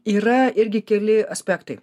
yra irgi keli aspektai